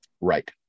right